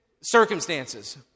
circumstances